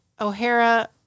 O'Hara